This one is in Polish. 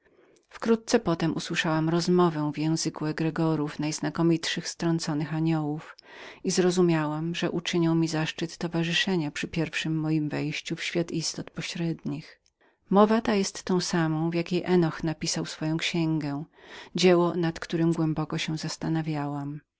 wkrótce usłyszałam rozmowę w języku egregorów najznakomitszych strąconych aniołów i zrozumiałam że uczynią mi zaszczyt towarzyszenia przy pierwszem mojem wejściu w świat istot pośrednich mowa ta jest tą samą w jakiej enoch napisał pierwszą swoją księgę dzieło nad którem głęboko się zastanawiałam